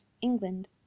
England